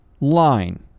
line